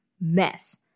mess